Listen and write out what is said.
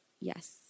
Yes